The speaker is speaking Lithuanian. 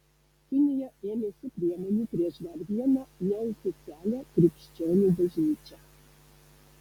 kinija ėmėsi priemonių prieš dar vieną neoficialią krikščionių bažnyčią